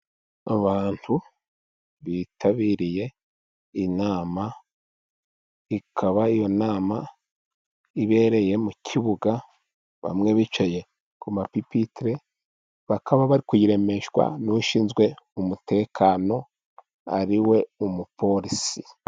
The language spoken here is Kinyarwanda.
Abantu bitabiriye inama ikaba iyo nama ibereye mu kibuga, bamwe bicaye ku mapipitire. Bakaba bari kuyiremeshwa n'ushinzwe umutekano ariwe umupolisi.